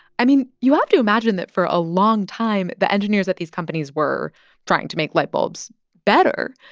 i mean, you have to imagine that for a long time, the engineers at these companies were trying to make light bulbs better.